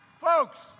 Folks